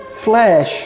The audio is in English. Flesh